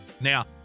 Now